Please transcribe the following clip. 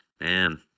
Man